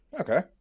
okay